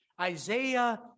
Isaiah